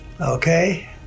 Okay